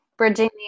Bridging